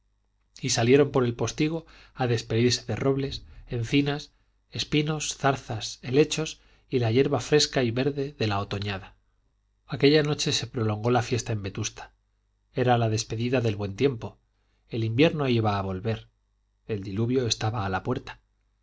y salieron por el postigo a despedirse de robles encinas espinos zarzas helechos y de la yerba fresca y verde de la otoñada aquella noche se prolongó la fiesta en vetusta era la despedida del buen tiempo el invierno iba a volver el diluvio estaba a la puerta